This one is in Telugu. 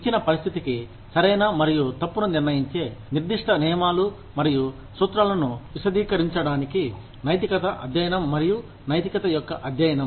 ఇచ్చిన పరిస్థితికి సరైన మరియు తప్పును నిర్ణయించే నిర్దిష్ట నియమాలు మరియు సూత్రాలను విశదీకరించినడానికి నైతికత అధ్యయనం మరియు నైతికత యొక్క అధ్యయనం